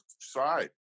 side